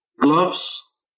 gloves